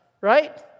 right